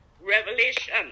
revelation